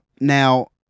Now